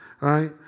right